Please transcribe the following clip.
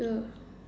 uh